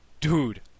dude